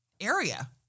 area